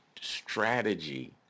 strategy